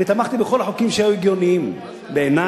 אני תמכתי בכל החוקים שהיו הגיוניים בעיני,